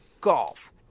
golf